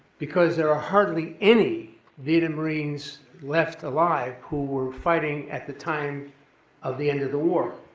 because there are hardly any vietnam marines left alive who were fighting at the time of the end of the war.